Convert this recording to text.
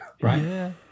right